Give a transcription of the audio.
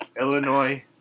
Illinois